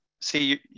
see